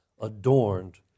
adorned